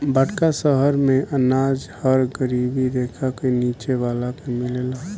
बड़का शहर मेंअनाज हर गरीबी रेखा के नीचे वाला के मिलेला